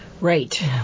Right